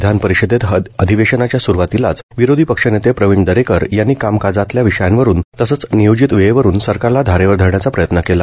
विधान परिषदेत अधिवेशनाच्या सुरूवातीलाच विरोधी पक्षनेते प्रवीण दरेकर यांनी कामकाजातल्या विषयांवरून तसंच नियोजित वेळेवरून सरकारला धारेवर धरण्याचा प्रयत्न केला